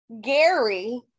gary